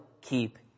keep